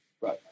Right